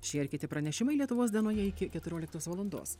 šie ir kiti pranešimai lietuvos dienoje iki keturioliktos valandos